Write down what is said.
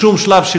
בשום שלב,